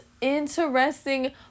interesting